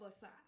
side